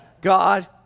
God